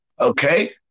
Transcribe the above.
Okay